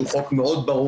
הוא מאוד ברור,